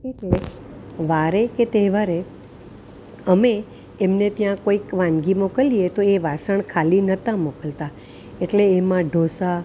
એટલે વારે કે તહેવારે અમે એમને ત્યાં કોઈક વાનગીઓ કહીએ તો એ વાસણ ખાલી નતા મોકલતા એટલે એમાં ઢોસા